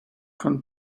come